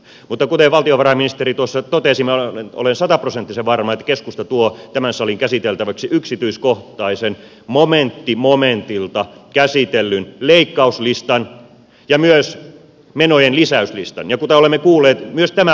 mutta kuten valtiovarainministeri tuossa totesi minä olen sataprosenttisen varma että keskusta tuo tämän salin käsiteltäväksi yksityiskohtaisen momentti momentilta käsitellyn leikkauslistan ja myös menojen lisäyslistan ja kuten olemme kuulleet myös tämän vuoden osalta